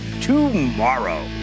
tomorrow